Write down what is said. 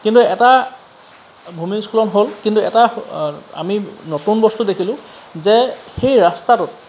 কিন্তু এটা ভূমিস্খলন হ'ল কিন্তু এটা আমি নতুন বস্তু দেখিলোঁ যে সেই ৰাস্তাটোত